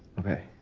okay.